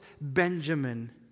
Benjamin